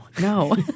No